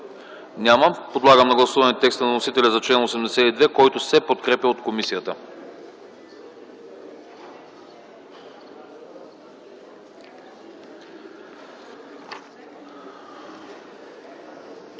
Няма. Подлагам на гласуване текста на вносителя за чл. 82, който се подкрепя от комисията.